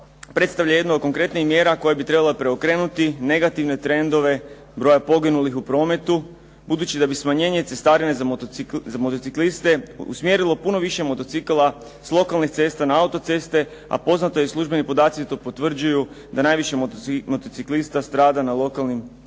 predstavlja jednu od konkretnijih mjera koja bi trebalo preokrenuti negativne trendove broja poginulih u prometu, budući da bi smanjenje cestarine za motocikliste usmjerilo puno više motocikala s lokalnih cesta na autoceste, a poznato je i službeni podaci to potvrđuju da nam najviše motociklista strada na lokalnim cestama.